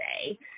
say